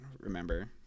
remember